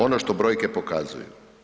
Ono što brojke pokazuju.